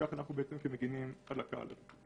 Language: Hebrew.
כך בעצם אנחנו מגנים על הקהל הזה.